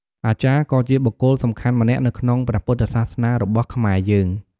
អាចារ្យ ក៏ជាបុគ្គលសំខាន់ម្នាក់នៅក្នុងព្រះពុទ្ធសាសនារបស់ខ្មែរយើង។